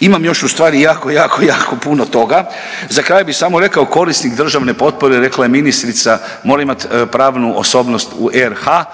Imamo još ustvari jako, jako, jako puno toga. Za kraj bi samo rekao korisnik državne potpore, rekla je ministrica, mora imat pravnu osobnost u RH.